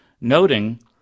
noting